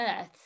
earth